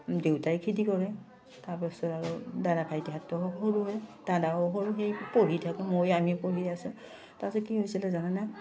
দেউতাই খেতি কৰে তাৰপিছত আৰু দাদা ভাইটিহঁতটো সৰুৱে দাদাও সৰু সেই পঢ়ি থাকে মই আমিও পঢ়ি আছোঁ তাৰপিছত কি হৈছিলে জানেনে